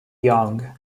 young